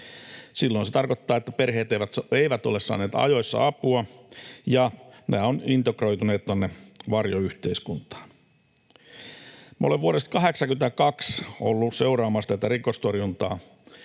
Silloin se tarkoittaa, että perheet eivät ole saaneet ajoissa apua ja nämä ovat integroituneet tuonne varjoyhteiskuntaan. Olen vuodesta 82 ollut seuraamassa rikostorjuntaa